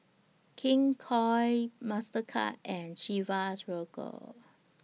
King Koil Mastercard and Chivas Regal